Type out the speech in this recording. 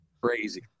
Crazy